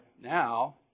Now